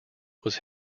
was